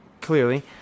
clearly